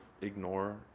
ignore